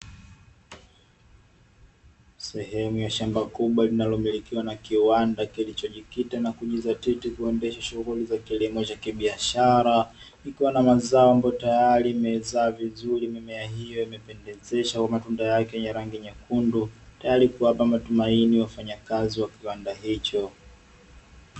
Sehemu ya shamba kubwa linalomilikiwa na kiwanda kilichojikita na kujizatiti kuendesha shughuli za kilimo cha kibiashara, ikiwa na mazao ambayo tayari mezaa vizuri mimea hiyo imependeza matunda yake ya rangi nyekundu, tayari kuwapa matumaini wafanyakazi wa kiwanda hicho.